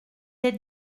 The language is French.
les